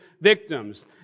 victims